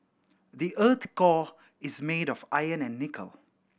the earth's core is made of iron and nickel